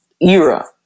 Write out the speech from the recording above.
era